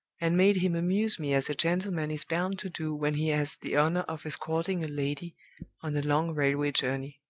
and made him amuse me as a gentleman is bound to do when he has the honor of escorting a lady on a long railway journey.